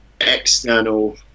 external